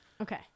Okay